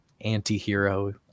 anti-hero